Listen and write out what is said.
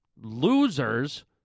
losers